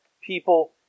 people